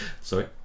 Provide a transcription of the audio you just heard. Sorry